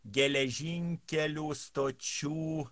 geležinkelių stočių